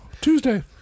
Tuesday